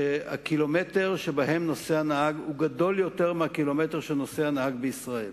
שהקילומטרים שנוסע הנהג בהן הם רבים יותר מהקילומטרים שנוסע נהג בישראל,